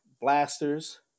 blasters